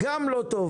גם לא טוב.